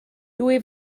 dwy